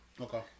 Okay